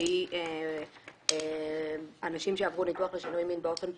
והיא אנשים שעברו ניתוח לשינוי מין באופן פרטי,